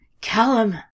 Callum